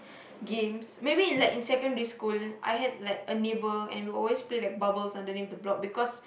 games maybe in like in secondary school I had like a neighbour and we always play like bubbles underneath the block because